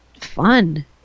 fun